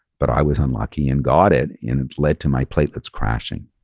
but i was unlucky and got it and it led to my platelets crashing.